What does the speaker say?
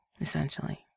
essentially